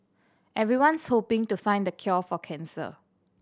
everyone's hoping to find the cure for cancer